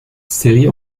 serie